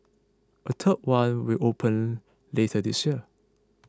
a third one will open later this year